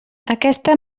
aquesta